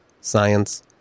science